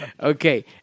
Okay